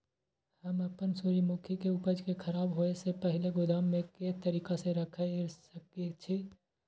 हम अपन सूर्यमुखी के उपज के खराब होयसे पहिले गोदाम में के तरीका से रयख सके छी?